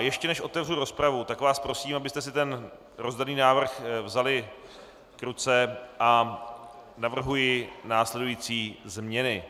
Ještě než otevřu rozpravu, tak vás prosím, abyste si návrh vzali k ruce, a navrhuji následující změny.